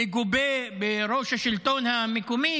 מגובה בראש השלטון המקומי,